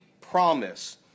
promise